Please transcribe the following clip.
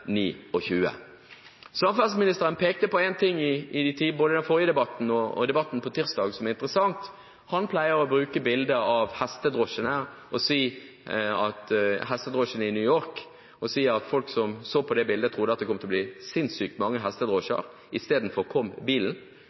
2029. Samferdselsministeren pekte på en ting både i den forrige debatten og debatten på tirsdag, som er interessant. Han pleier å bruke bildet om hestedrosjene i New York og si at folk som så på det bildet, trodde det kom til å bli sinnssykt mange hestedrosjer. Istedenfor kom bilen.